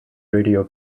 radio